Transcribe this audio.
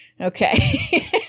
Okay